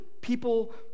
people